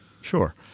Sure